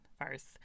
first